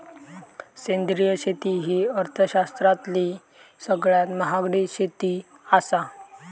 सेंद्रिय शेती ही अर्थशास्त्रातली सगळ्यात महागडी शेती आसा